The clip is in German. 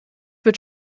wird